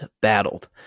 battled